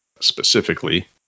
specifically